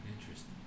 Interesting